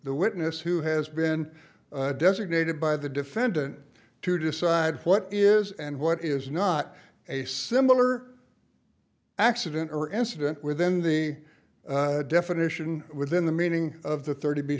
the witness who has been designated by the defendant to decide what is and what is not a similar accident or incident within the definition within the meaning of the thirty